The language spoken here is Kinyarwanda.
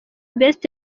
best